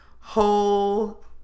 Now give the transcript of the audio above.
whole